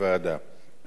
אני רוצה להודות